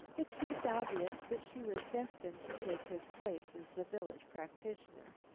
it seemed obvious that she was destined to take his place as the village practitioner.